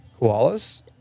Koalas